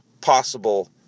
possible